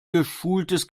geschultes